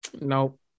Nope